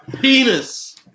penis